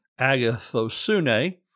agathosune